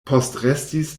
postrestis